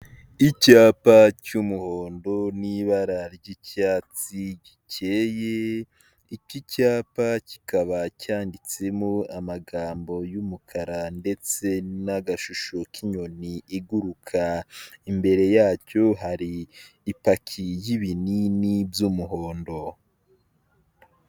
Icyapa cy'umuhondo n'ibara ry'icyatsi gikeye iki cyapa kikaba cyanditsemo amagambo y'umukara ndetse n'agashusho k'inyoni iguruka, imbere yacyo hari ipaki y'ibinini by'umuhondo.